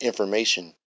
Information